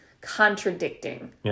contradicting